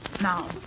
Now